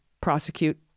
prosecute